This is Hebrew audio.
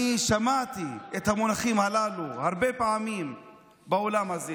אני שמעתי את המונחים הללו הרבה פעמים באולם הזה.